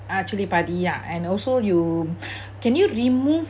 uh chili padi ah and also you can you remove